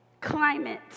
climate